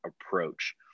approach